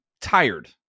tired